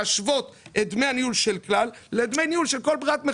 להשוות את דמי הניהול של כלל לדמי הניהול של כל פרט.